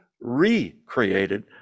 recreated